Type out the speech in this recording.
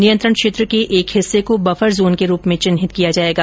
नियंत्रण क्षेत्र के एक हिस्से को बफर जोन के रूप में विन्हित किया जाएगा